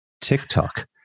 TikTok